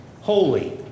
holy